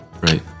Right